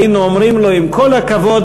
היינו אומרים לו: עם כל הכבוד,